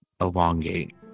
elongate